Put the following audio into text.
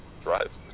drive